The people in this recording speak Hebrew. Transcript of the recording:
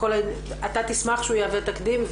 שאתה תשמח שהוא יהווה תקדים,